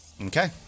Okay